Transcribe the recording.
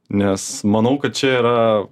nes manau kad čia yra